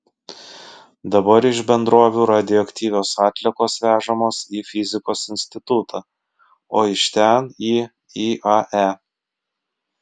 dabar iš bendrovių radioaktyvios atliekos vežamos į fizikos institutą o iš ten į iae